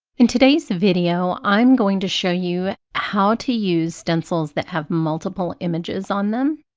in today's video i'm going to show you how to use stencils that have multiple images on them,